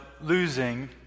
losing